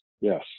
Yes